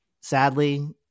sadly